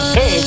Hey